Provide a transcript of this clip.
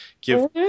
give